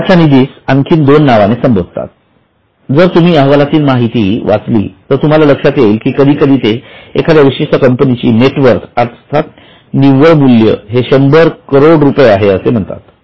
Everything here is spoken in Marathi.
मालकाच्या निधीस आणखी दोन नावाने संबोधतात जर तुम्ही अहवालातील माहिती वाचली तर तुम्हाला लक्षात येईल कधीकधी ते एखाद्या विशिष्ट कंपनीची नेट वर्थ अर्थात निव्वळ मूल्य हे शंभर करोड रुपये आहे असे म्हणतात